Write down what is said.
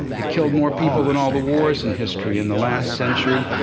it killed more people than all the wars in history. in the last century,